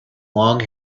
long